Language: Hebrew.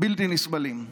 בלתי נסבלים.